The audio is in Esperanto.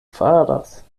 faras